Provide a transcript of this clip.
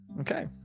okay